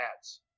ads